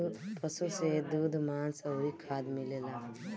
पशु से दूध, मांस अउरी खाद मिलेला